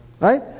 right